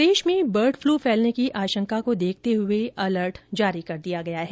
प्रदेश में bird flu फैलने की आशंका को देखते हुए अलर्ट जारी कर दिया गया है